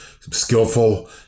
skillful